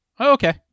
okay